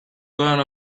going